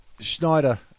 Schneider